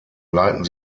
leiten